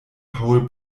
paul